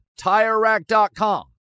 TireRack.com